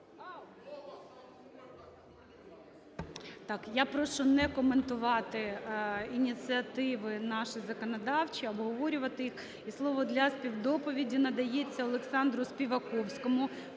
я прошу не коментувати ініціативи наші законодавчі, а обговорювати їх. І слово для співдоповіді надається Олександру Співаковському,